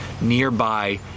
nearby